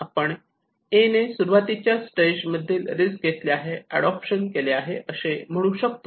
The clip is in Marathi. आपण ' ए' ने सुरुवातीच्या स्टेज मधील रिस्क घेतली आहे अडोप्शन केले आहे असे म्हणू शकतो